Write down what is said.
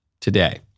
today